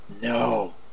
No